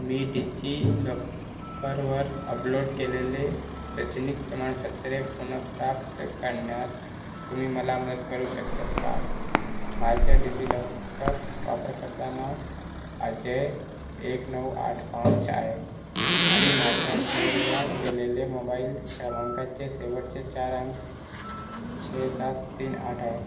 मी डिजिलॉकरवर अपलोड केलेले शैक्षणिक प्रमाणपत्रे पुन प्राप्त करण्यात तुम्ही मला मदत करू शकतात का माझं डिजिलॉकर वापरकर्ता नाव अजय एक नऊ आठ पाच आहे आणि माझ्या जोडल्या गेलेले मोबाईल क्रमांकाचे शेवटचे चार अंक छे सात तीन आठ आहेत